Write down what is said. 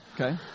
Okay